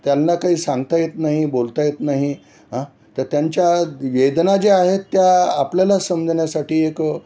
त्यांना काही सांगता येत नाही बोलता येत नाही ह तर त्यांच्या वेदना ज्या आहेत त्या आपल्याला समजण्यासाठी एक